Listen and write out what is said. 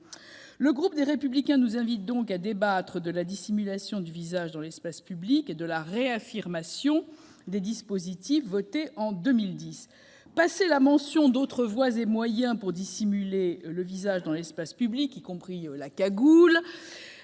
Le groupe Les Républicains nous invite à débattre de la dissimulation du visage dans l'espace public et de la réaffirmation des dispositifs votés en 2010. Passée la mention d'autres voies et moyens de dissimuler le visage dans l'espace public- la cagoule,